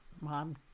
mom